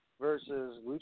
versus